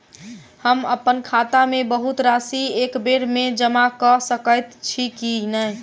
हम अप्पन खाता मे बहुत राशि एकबेर मे जमा कऽ सकैत छी की नै?